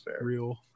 Real